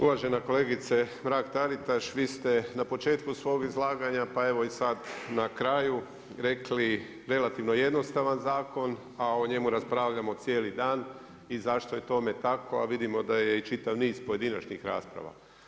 Uvažena kolegice Mrak-Taritaš, vi ste na početku svog izlaganja pa evo i sad na kraju rekli relativno jednostavan zakon, a o njemu raspravljamo cijeli dan i zašto je tome tako, a vidimo da je i čitav niz pojedinačnih rasprava.